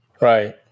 Right